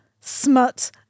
smut